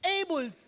able